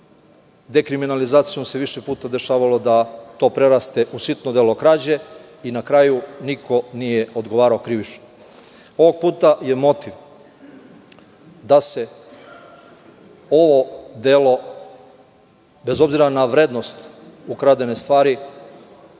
dekriminalizacijom se više puta dešavalo da to preraste u sitno delo krađe i na kraju niko nije odgovarao krivično. Ovog puta je motiv da se ovo delo, bez obzira na vrednost ukradene stvari,